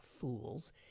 fools